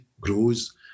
grows